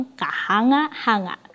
kahanga-hanga